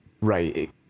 right